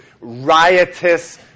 riotous